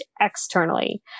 externally